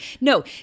No